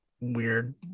weird